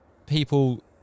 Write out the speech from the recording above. People